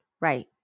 Right